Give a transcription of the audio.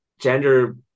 gender